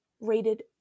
rated